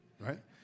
right